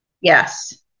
Yes